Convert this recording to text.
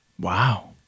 Wow